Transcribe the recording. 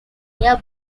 near